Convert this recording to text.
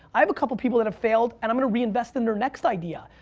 i have a couple people that have failed, and i'm gonna re-invest in their next idea.